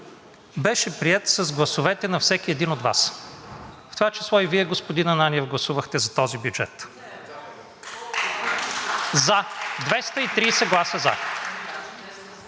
беше приет с гласовете на всеки един от Вас. В това число и Вие, господин Ананиев, гласувахте за този бюджет. За – 230 гласа за.